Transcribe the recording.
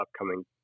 upcoming